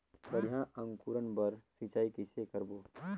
बढ़िया अंकुरण बर सिंचाई कइसे करबो?